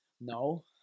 No